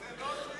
זה לא נכון,